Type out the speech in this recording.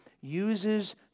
uses